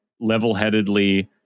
level-headedly